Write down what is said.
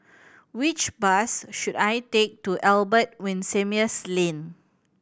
which bus should I take to Albert Winsemius Lane